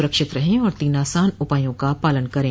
सुरक्षित रहें और तीन आसान उपायों का पालन करें